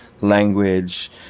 language